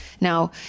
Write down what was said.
Now